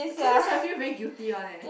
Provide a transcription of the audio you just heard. sometimes I feel very guilty one leh